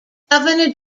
governor